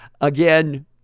again